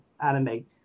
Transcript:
animate